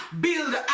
build